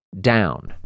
down